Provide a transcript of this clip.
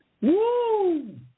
Woo